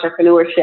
entrepreneurship